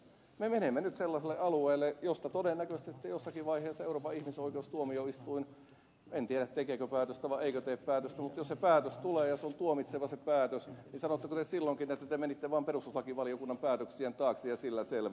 me menemme nyt sellaiselle alueelle josta todennäköisesti jossakin vaiheessa euroopan ihmisoikeustuomioistuin en tiedä tekeekö päätöstä vai eikö tee päätöstä mutta jos se päätös tulee ja se on tuomitseva se päätös niin sanotteko te silloinkin että te menitte vaan perustuslakivaliokunnan päätöksien taakse ja sillä selvä